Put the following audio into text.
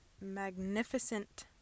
magnificent